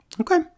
Okay